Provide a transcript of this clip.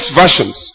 versions